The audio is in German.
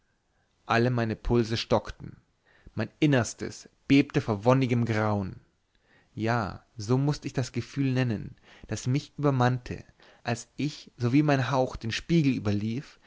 alle meine pulse stockten mein innerstes bebte vor wonnigem grauen ja so muß ich das gefühl nennen das mich übermannte als ich sowie mein hauch den spiegel überlief